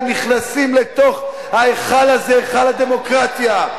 הם נכנסים לתוך ההיכל הזה, היכל הדמוקרטיה.